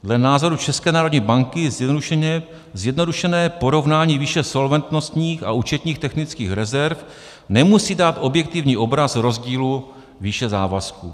Dle názoru České národní banky zjednodušené porovnání výše solventnostních a účetních technických rezerv nemusí dát objektivní obraz rozdílu výše závazků.